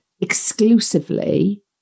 exclusively